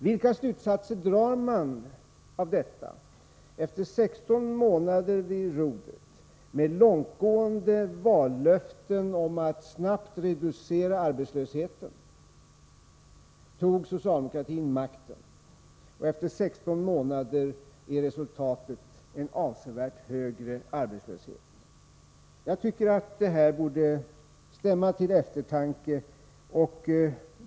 Vilka slutsatser kan man dra av detta? Efter långtgående vallöften om att snabbt reducera arbetslösheten tog socialdemokraterna makten. Efter 16 månader vid rodret är resultatet en avsevärt högre arbetslöshet. Jag tycker att detta borde stämma till eftertanke.